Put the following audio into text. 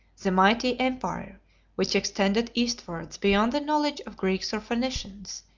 the mighty empire which extended eastwards beyond the knowledge of greeks or phoenicians,